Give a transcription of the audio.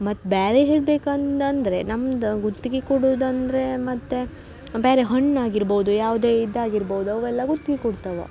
ಮತ್ತು ಬೇರೆ ಹೇಳ್ಬೇಕು ಅಂದು ಅಂದರೆ ನಮ್ದು ಗುತ್ಗೆ ಕೊಡೊದಂದ್ರೆ ಮತ್ತು ಬೇರೆ ಹಣ್ಣು ಆಗಿರ್ಬೌದು ಯಾವುದೇ ಇದಾಗಿರ್ಬೌದು ಅವೆಲ್ಲ ಗುತ್ಗೆ ಕೊಡ್ತವ